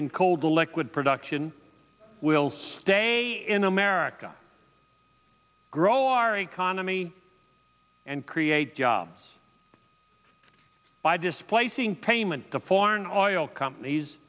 in cold elected production will stay in america grow our economy and create jobs by displacing payment to foreign oil companies